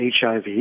HIV